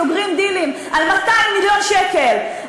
סוגרים דילים על 200 מיליון שקל,